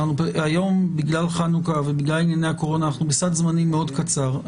היום בגלל חנוכה ובגלל ענייני הקורונה אנחנו בסד זמנים מאוד קצר.